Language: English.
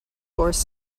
force